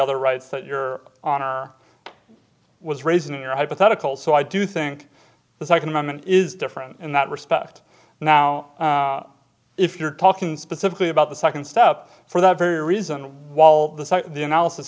other rights that you're was raising your hypothetical so i do think the second amendment is different in that respect now if you're talking specifically about the second step for that very reason while the analysis